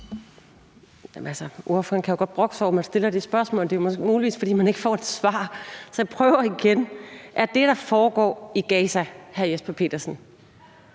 Er det, der foregår i Gaza, hr. Jesper Petersen,